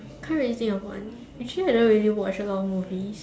can't really think of one actually I don't really watch a lot of movies